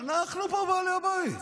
אנחנו פה בעלי הבית.